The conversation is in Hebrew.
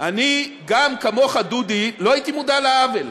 אני גם, כמוך, דודי, לא הייתי מודע לעוול.